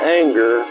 anger